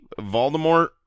Voldemort